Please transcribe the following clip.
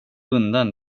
undan